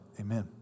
amen